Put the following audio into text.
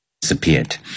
disappeared